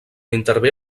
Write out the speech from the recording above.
intervé